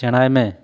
ᱥᱮᱬᱟᱭ ᱢᱮ